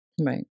right